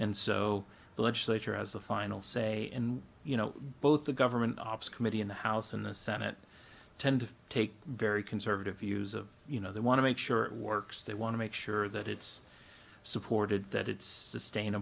and so the legislature has the final say in you know both the government office committee in the house and the senate tend to take very conservative views of you know they want to make sure it works they want to make sure that it's supported that it's the stain